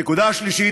הנקודה השלישית,